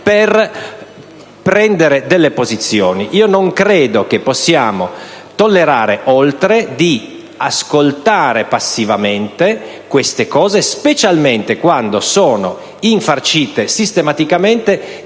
per prendere delle posizioni. Non credo che possiamo tollerare oltre di ascoltare passivamente queste cose, specialmente quando sono infarcite sistematicamente